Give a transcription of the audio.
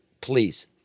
please